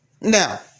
Now